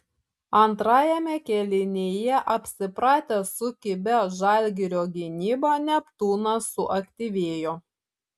antrajame kėlinyje apsipratęs su kibia žalgirio gynyba neptūnas suaktyvėjo